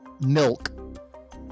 milk